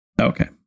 Okay